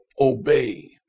obey